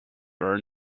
bear